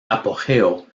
apogeo